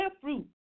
fruit